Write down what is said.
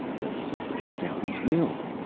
the secret of sally's milk,